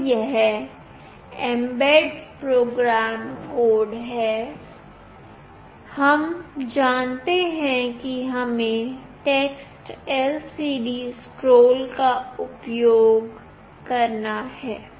तो यह mbed program code है हम जानते हैं कि हमें TextLCDScroll का उपयोग करना है